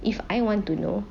if I want to know